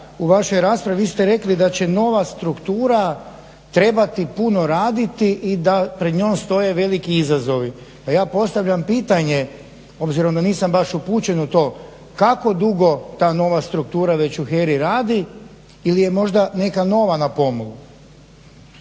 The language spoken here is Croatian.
u vašoj raspravi, vi ste rekli da će nova struktura trebati puno raditi i da pred njom stoje veliki izazovi. Pa ja postavljam pitanje, obzirom da nisam baš upućen u to, kako dugo ta nova struktura već u HERA-i radi ili je možda neka nova na pomolu?